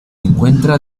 encuentra